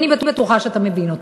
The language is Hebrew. ואני בטוחה שאתה מבין אותה.